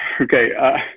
Okay